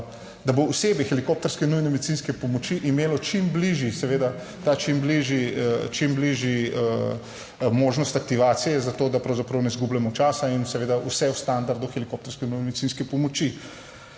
da bo osebje helikopterske nujne medicinske pomoči imelo čim bližji, seveda ta čim bližji, čim bližji, možnost aktivacije zato, da pravzaprav ne izgubljamo časa in seveda vse v standardu helikopterske nujne medicinske pomoči.